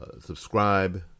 Subscribe